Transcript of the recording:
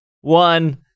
One